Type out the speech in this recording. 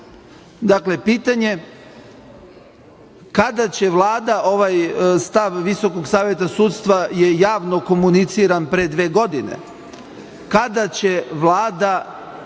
15%.Dakle, pitanje je kada će Vlada, inače ovaj stav Visokog saveta sudstva je javno komuniciran pre dve godine, izaći sa